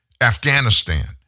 Afghanistan